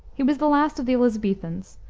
he was the last of the elisabethans,